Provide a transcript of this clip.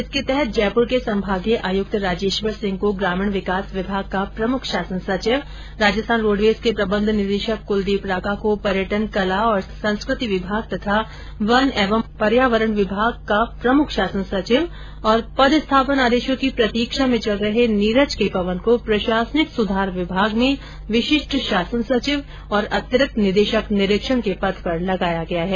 इसके तहत जयपुर के संभागीय आयुक्त राजेश्वर सिंह को ग्रामीण विकास विभाग का प्रमुख शासन सचिव राजस्थान रोड़वेज के प्रबंध निदेशक कुलदीप रांका को पर्यटन कला और संस्कृति विभाग तथा वन एवं पर्यावरण विभाग का प्रमुख शासन सचिव और पदस्थापन आदेशों की प्रतिक्षा में चल रहे नीरज के पवन को प्रशासनिक सुधार विभाग में विशिष्ठ शासन सचिव और अतिरिक्त निदेशक निरीक्षण के पद पर लगाया गया है